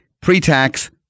pre-tax